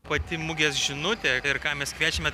pati mugės žinutė ir ką mes kviečiame